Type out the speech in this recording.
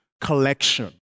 collection